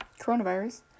coronavirus